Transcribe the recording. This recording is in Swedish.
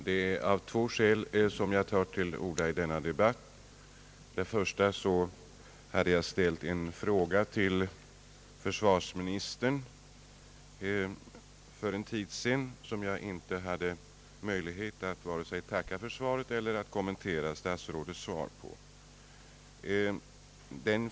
Herr talman! Jag tar till orda i denna debatt av två skäl. Det första skälet är att jag ställt en fråga till försvarsministern för en tid sedan. Jag hade dock inte möjlighet att vare sig tacka statsrådet för svaret eller att kommentera detsamma.